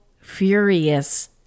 furious